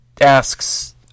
asks